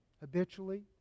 habitually